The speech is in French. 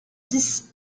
dix